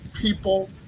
people